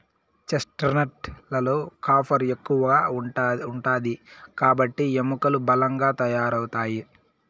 chestnut లలో copper ఎక్కువ ఉంటాది కాబట్టి ఎముకలు బలంగా తయారవుతాయి